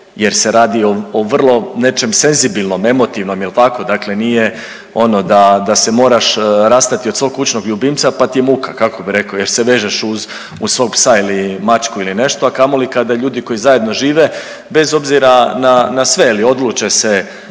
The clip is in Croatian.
jer se radi o vrlo nečem senzibilnom, emotivnom jel tako dakle nije ono da, da se moraš rastati od svog kućnog ljubimca pa ti je muka, kako bi rekao, jer se vežeš uz, uz svog psa ili mačku ili nešto a kamoli kada ljudi koji zajedno žive, bez obzira na sve odluče se